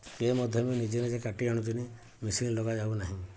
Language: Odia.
କିଏ ମଧ୍ୟ ବି ନିଜେ ନିଜେ କାଟି ଆଣୁଛନ୍ତି ମେସିନ୍ ଲଗାଯାଉନାହିଁ